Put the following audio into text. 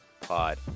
pod